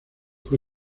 fue